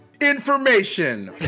information